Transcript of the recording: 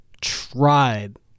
tried